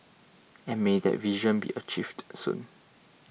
and may that vision be achieved soon